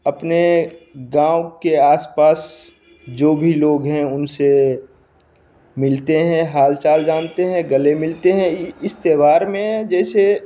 अपने गाँव के आसपास जो भी लोग है उनसे मिलते हैं हाल चाल जानते हैं गले मिलते हैं इस त्योहार में जैसे